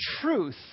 truth